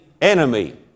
enemy